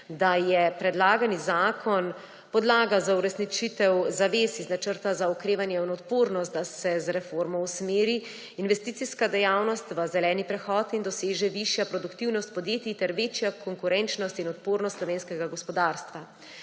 da je predlagani zakon podlaga za uresničitev zavez iz Načrta za okrevanje in odpornost, da se z reformo usmeri investicijska dejavnost v zeleni prehod in doseže višja produktivnost podjetij ter večja konkurenčnost in odpornost slovenskega gospodarstva.